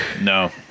No